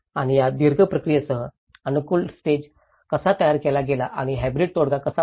आणि या दीर्घ प्रक्रियेसह अनुकूलन स्टेज कसा तयार केला गेला आणि हॅब्रिड तोडगा कसा बनला